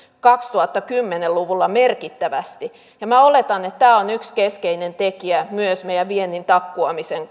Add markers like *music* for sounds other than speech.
kaksituhattakymmenen luvulla merkittävästi ja minä oletan että tämä on yksi keskeinen tekijä myös meidän viennin takkuamisen *unintelligible*